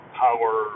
power